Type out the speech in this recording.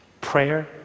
prayer